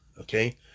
Okay